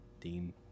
dean